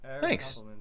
Thanks